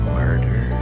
murder